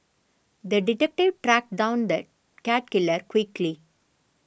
the detective tracked down the cat killer quickly